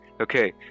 Okay